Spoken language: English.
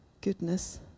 goodness